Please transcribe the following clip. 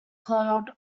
cloud